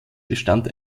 bestand